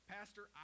Pastor